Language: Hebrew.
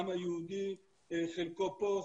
העם היהודי חלקו פה,